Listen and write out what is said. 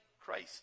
Christ